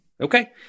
Okay